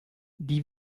die